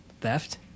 theft